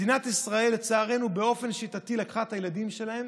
לצערנו מדינת ישראל באופן שיטתי לקחה את הילדים שלהם